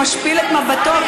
שמשפיל את מבטו,